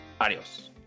adios